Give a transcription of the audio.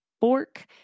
fork